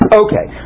okay